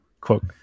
Quote